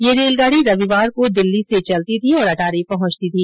यह रेलगाड़ी रविवार को दिल्ली से चलती थी और अटारी पहुंचती थी